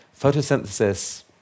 Photosynthesis